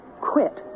quit